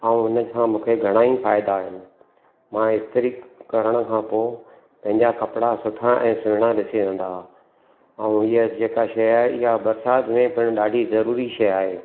ऐं उनसां मूंखे घणेई फ़ाइदा आहिनि मां इस्तरी करण खां पोइ पंहिंजा कपिड़ा सुठा ऐं सुहिणा ॾिसी रहंदा हुआ ऐं हीअ जेका शइ आहे इहा बरसात में पिणि ॾाढी ज़रुरी शइ आहे